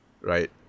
Right